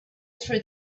through